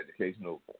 educational